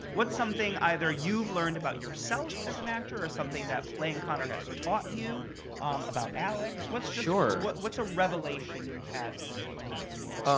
what's something, either you've learned about yourself as an actor or something that playing connor has taught you about alex? what's sure. what's, what's a revelation you've had since playing this role?